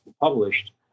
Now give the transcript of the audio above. published